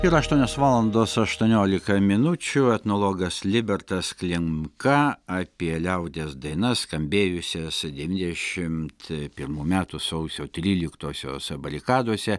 yra aštunios valandos aštuoniolika minučių etnologas libertas klimka apie liaudies dainas skambėjusias devyndešimt pirmų metų sausio tryliktosios barikadose